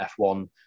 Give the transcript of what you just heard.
F1